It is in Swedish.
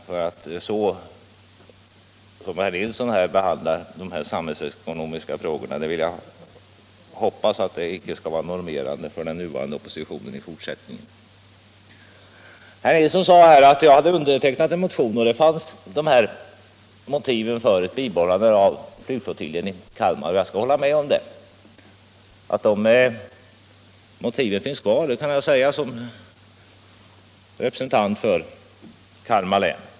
Det sätt som herr Nilsson här behandlar dessa samhällsekonomiska frågor på vill jag hoppas inte skall bli normerande för den nuvarande oppositionen i fortsättningen. Herr Nilsson sade att jag hade undertecknat en motion där det fanns motiv för bibehållande av flygflottiljen i Kalmar, och jag skall hålla med om det. Att de motiven finns kvar kan jag säga som representant för Kalmar län.